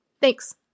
Thanks